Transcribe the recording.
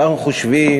אנחנו חושבים,